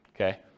Okay